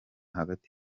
hagati